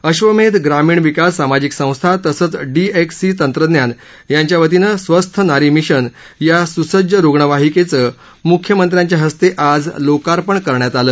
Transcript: अश्वमेध ग्रामीण विकास सामाजिक संस्था तसंच डी एक्स सी तंत्रज्ञान यांच्या वतीने स्वस्थ नारी मिशन या सूसज्ज रुग्णवाहिकेचं मुख्यमंत्र्यांच्या हस्ते आज लोकार्पण करण्यात आलं